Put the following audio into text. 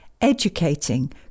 educating